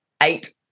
eight